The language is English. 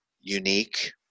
unique